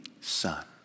son